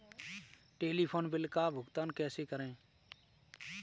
Telephone bill का भुगतान कैसे करें?